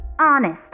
honest